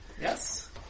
Yes